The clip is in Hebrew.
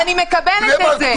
ואני מקבלת את זה.